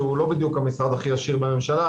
שהוא לא בדיוק המשרד הכי עשיר בממשלה,